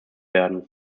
werden